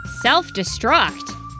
Self-destruct